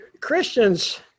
Christians